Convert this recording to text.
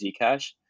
Zcash